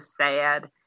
sad